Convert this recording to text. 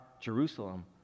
Jerusalem